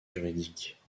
juridiques